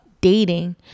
dating